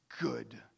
good